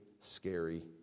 scary